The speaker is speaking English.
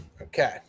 Okay